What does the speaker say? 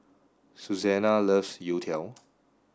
Susanna loves Youtiao